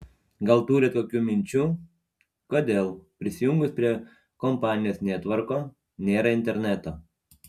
gal turit kokių minčių kodėl prisijungus prie kompanijos netvorko nėra interneto